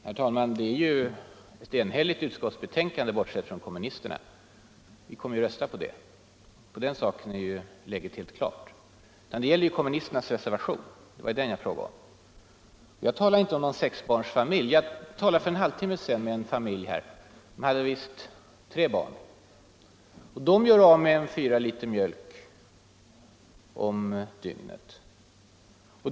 Herr talman! Utskottet är enhälligt bortsett från kommunisterna. Vi kommer att rösta på utskottsmajoritetens förslag. Debatten gäller nu kommunisternas reservation. Det var den jag frågade om. Jag utgick inte från någon sexbarnsfamilj. Jag talade för en halvtimme sedan med en familj här som visst hade tre barn. De gör av med 4 liter mjölk om dygnet.